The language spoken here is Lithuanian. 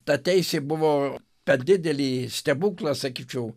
ta teisė buvo per didelį stebuklą sakyčiau